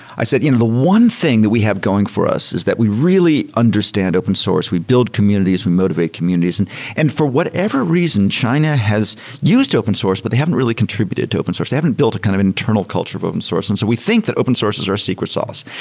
i said you know the one thing that we have going for us is that we really understand open source. we build communities. we motivate communities. and and for whatever reason, china has used open source, but they haven't really contributed to open source. they haven't built a kind of internal culture of open source. and so we think that open sources are a secret sauce.